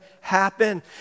happen